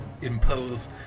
impose